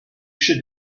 should